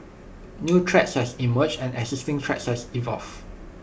new threats has emerged and existing threats has evolved